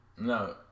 no